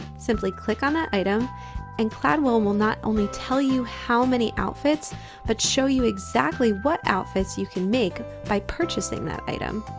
simply click on that item and cladwell will not only tell you how many outfits but show you exactly what outfits you can make by purchasing that item.